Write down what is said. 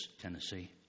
Tennessee